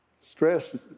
Stress